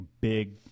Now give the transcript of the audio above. big